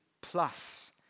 plus